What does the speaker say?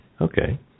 Okay